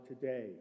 today